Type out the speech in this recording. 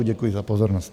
Děkuji za pozornost.